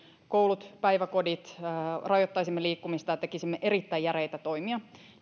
koulut päiväkodit kiinni rajoittaisimme liikkumista ja tekisimme erittäin järeitä toimia